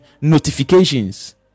notifications